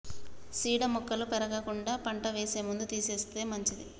చీడ మొక్కలు పెరగకుండా పంట వేసే ముందు తీసేస్తే మంచిది